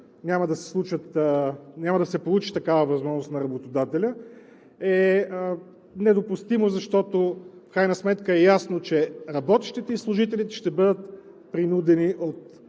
няма да се получи такава възможност на работодателя, е недопустимо, защото в крайна сметка е ясно, че работещите и служителите ще бъдат принудени от